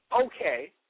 okay